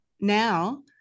now